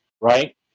right